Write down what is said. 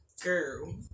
Girl